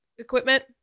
equipment